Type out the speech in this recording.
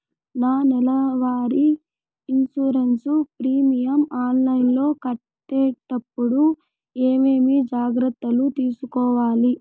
నా నెల వారి ఇన్సూరెన్సు ప్రీమియం ఆన్లైన్లో కట్టేటప్పుడు ఏమేమి జాగ్రత్త లు తీసుకోవాలి?